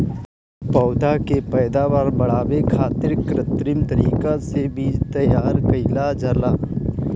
पौधा के पैदावार बढ़ावे खातिर कित्रिम तरीका से बीज तैयार कईल जाला